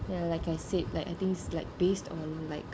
ya like I said like I think is like based on like